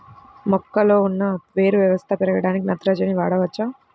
మొక్కలో ఉన్న వేరు వ్యవస్థ పెరగడానికి నత్రజని వాడవచ్చా?